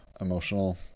emotional